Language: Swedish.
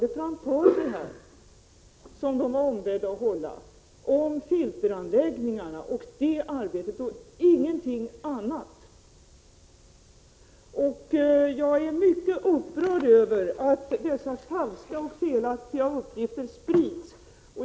företagets representant var ombedd att tala om arbetet med filteranläggningarna och ingenting annat. Jag är mycket upprörd över att dessa falska och felaktiga uppgifter sprids.